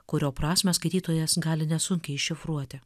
kurio prasmę skaitytojas gali nesunkiai iššifruoti